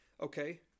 Okay